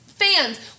Fans